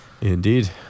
indeed